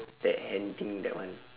that hand thing that one